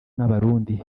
n’abarundi